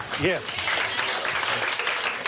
Yes